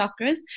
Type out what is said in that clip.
chakras